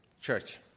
Church